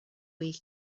week